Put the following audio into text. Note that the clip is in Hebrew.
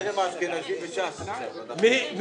מי נמנע?